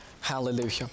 Hallelujah